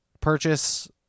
purchase